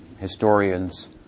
historians